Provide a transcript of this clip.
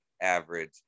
average